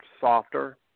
softer